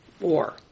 war